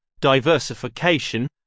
diversification